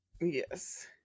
Yes